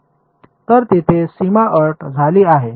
तर येथे सीमा अट झाली आहे